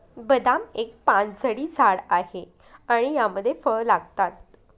बदाम एक पानझडी झाड आहे आणि यामध्ये फळ लागतात